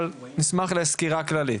אבל נשמח לסקירה כללית.